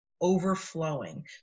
overflowing